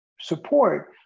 support